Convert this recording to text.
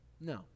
No